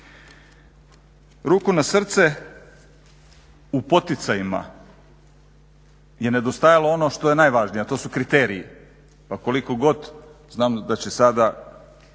Ruku na srce, u poticajima je nedostajalo ono što je najvažnije a to su kriteriji, pa koliko god znam da će sada